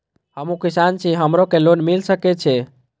हमू किसान छी हमरो के लोन मिल सके छे?